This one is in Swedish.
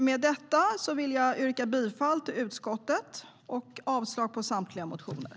Med detta vill jag yrka bifall till utskottets förslag och avslag på samtliga motioner.